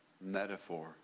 metaphor